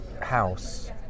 house